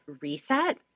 reset